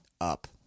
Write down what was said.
up